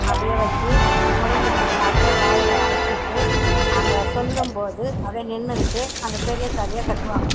அப்டே வச்சு முழுங்கினு அப்டே வாயில் அடச்சிகிட்டு அங்கே சொல்லும்போது அப்டே நின்றுகிட்டு அந்த பெரிய தாலியை கட்டுவாங்க